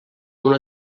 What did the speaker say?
una